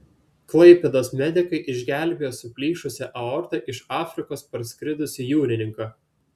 klaipėdos medikai išgelbėjo su plyšusia aorta iš afrikos parskridusį jūrininką